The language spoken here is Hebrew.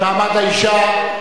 מעמד האשה.